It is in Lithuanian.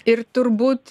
ir turbūt